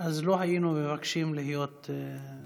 לא היינו מבקשים להיות בתוך הממשלה.